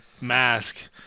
mask